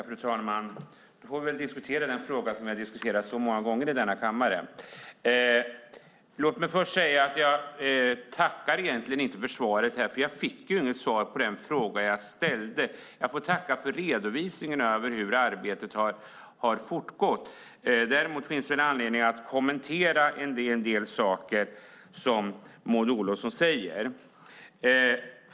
Fru talman! Vi får väl diskutera den fråga som vi har diskuterat så många gånger i denna kammare. Låt mig först säga att jag egentligen inte tackar för svaret eftersom jag inte fick något svar på den fråga som jag ställde. Jag får tacka för redovisningen av hur arbetet har fortgått. Däremot finns det anledning att kommentera en del saker som Maud Olofsson säger.